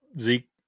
Zeke